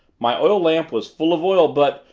my oil lamp was full of oil but,